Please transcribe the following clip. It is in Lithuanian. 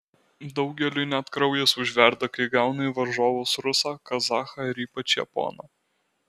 daugeliui net kraujas užverda kai gauna į varžovus rusą kazachą ir ypač japoną